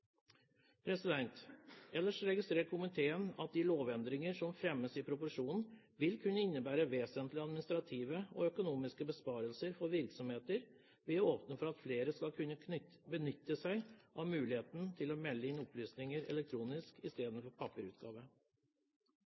skjemaløsningene. Ellers registrerer komiteen at de lovendringer som fremmes i proposisjonen, vil kunne innebære vesentlige administrative og økonomiske besparelser for virksomheter ved å åpne for at flere skal kunne benytte seg av muligheten til å melde inn opplysninger elektronisk istedenfor